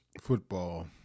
football